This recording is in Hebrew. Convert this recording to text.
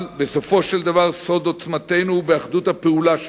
אבל בסופו של דבר סוד עוצמתנו הוא באחדות הפעולה שלנו,